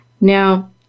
Now